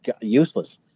useless